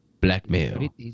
blackmail